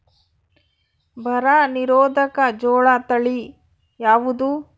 ಬರ ನಿರೋಧಕ ಜೋಳ ತಳಿ ಯಾವುದು?